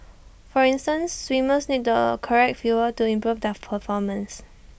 for instance swimmers need the correct fuel to improve their performance